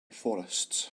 forests